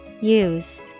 use